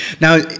now